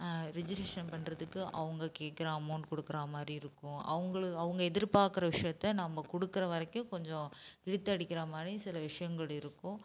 registration பண்ணுறதுக்கு அவங்க கேட்குற அமௌண்ட் கொடுக்குறா மாதிரி இருக்கும் அவங்களு அவங்க எதிர் பார்க்குற விஷயத்த நம்ப கொடுக்கிற வரைக்கும் கொஞ்சம் இழுத்து அடிக்கிறா மாதிரி சில விஷயங்கள் இருக்கும்